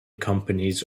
companies